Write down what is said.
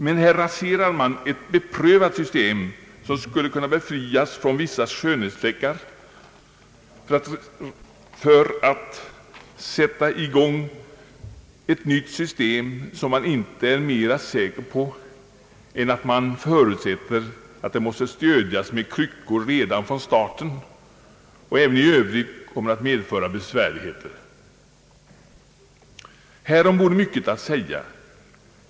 Men här raserar man ett beprövat system, som skulle kunna befrias från vissa skönhetsfläckar, för att tillämpa ett nytt system som man inte är mera säker på än att man förutsätter att det måste stödjas med kryckor redan från starten och även i övrigt kommer att medföra besvärligheter. Härom vore mycket att säga.